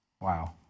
Wow